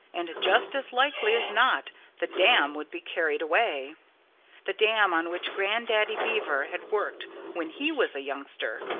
and just as likely as not the dam would be carried away the dam on which grandaddy beaver had worked when he was a youngster,